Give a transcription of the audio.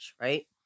right